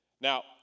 Now